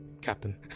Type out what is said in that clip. Captain